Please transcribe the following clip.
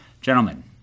Gentlemen